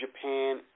Japan